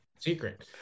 secret